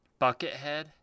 Buckethead